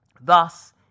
Thus